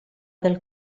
del